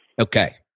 okay